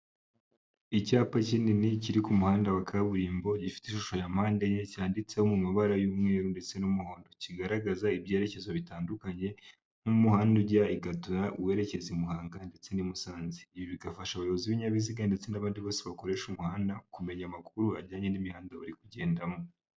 Icyapa kinini kiri ku muhanda wa kaburimbo gifite ishusho ya mpande enye cyanditseho mu mabara y'umweru ndetse n'umuhondo, kigaragaza ibyerekezo bitandukanye nk'umuhanda ujya i Gatuna werekeza i Muhanga ndetse n'i Musanze. Ibi bigafasha abayobozi b'ibinyabiziga ndetse n'abandi bose bakoresha umuhanda kumenya amakuru ajyanye n'imihanda bari kugendamo.